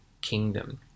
kingdom